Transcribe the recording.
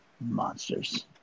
Monsters